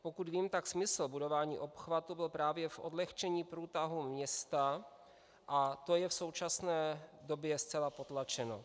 Pokud vím, tak smysl budování obchvatu byl právě v odlehčení průtahu města a to je v současné době zcela potlačeno.